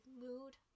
mood